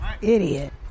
Idiot